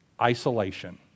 isolation